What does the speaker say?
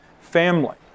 family